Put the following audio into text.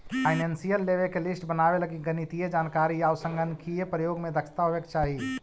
financial लेवे के list बनावे लगी गणितीय जानकारी आउ संगणकीय प्रयोग में दक्षता होवे के चाहि